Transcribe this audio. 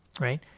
Right